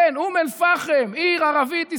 כן, אום אל-פחם, עיר ערבית-ישראלית,